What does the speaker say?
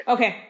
Okay